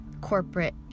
corporate